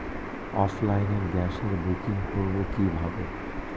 অফলাইনে গ্যাসের বুকিং করব কিভাবে?